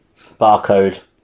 barcode